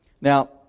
Now